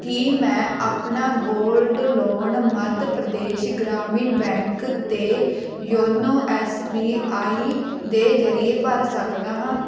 ਕੀ ਮੈਂ ਆਪਣਾ gold loan Madhya Pradesh Gramin bank ਅਤੇ ਯੋਨੋ ਐੱਸ ਬੀ ਆਈ ਦੇ ਜ਼ਰੀਏ ਭਰ ਸਕਦਾ ਹਾਂ